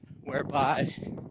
whereby